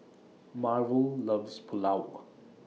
Marvel loves Pulao